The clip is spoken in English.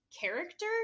character